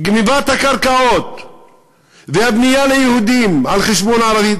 גנבת הקרקעות והבנייה ליהודים על חשבון הערבים,